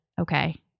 okay